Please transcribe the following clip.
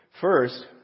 First